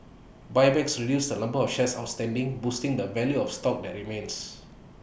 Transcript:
buybacks reduce the number of shares outstanding boosting the value of stock that remains